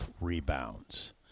rebounds